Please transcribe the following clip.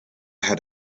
had